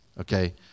Okay